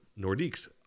Nordique's